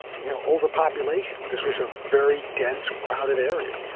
you know, overpopulation. this was a very dense, crowded area.